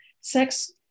sex